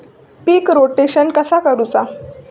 पीक rotation कसा करूचा?